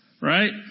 right